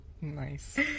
Nice